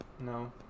No